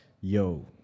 Yo